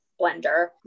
blender